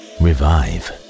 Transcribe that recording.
revive